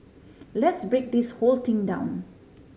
let's break this whole thing down